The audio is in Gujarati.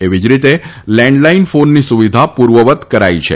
એવી જ રીતે લેનાલાઇન ફોનની સુવિધા પૂર્વવત કરાઇ છે